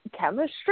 chemistry